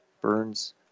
Burns